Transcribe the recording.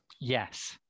Yes